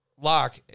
Lock